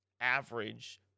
average